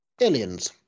Aliens